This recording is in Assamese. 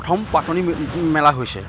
প্ৰথম পাতনি মেলা হৈছে